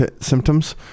symptoms